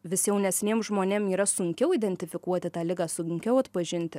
vis jaunesniem žmonėm yra sunkiau identifikuoti tą ligą sunkiau atpažinti